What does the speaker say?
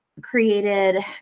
created